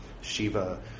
Shiva